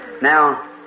Now